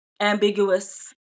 ambiguous